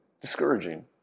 discouraging